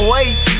Wait